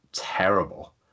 terrible